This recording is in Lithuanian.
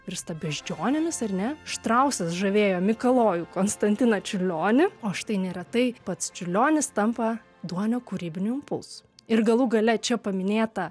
virsta beždžionėmis ar ne štrausas žavėjo mikalojų konstantiną čiurlionį o štai neretai pats čiurlionis tampa duonio kūrybiniu impulsu ir galų gale čia paminėta